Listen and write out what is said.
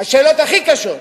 השאלות הכי קשות,